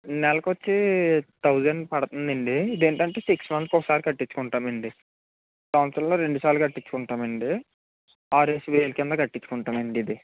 నెలకొచ్చి thousand పడతందండి ఏంటంటే ఇది సిక్స్ మంత్స్ కు ఒకసారి కట్టించుకుంటామండి సంవత్సరంలో రెండు సార్లు కట్టించుకుంటామండి ఆరేసువేలు కింద కట్టించుకుంటామండీ ఇది